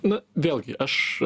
na vėlgi aš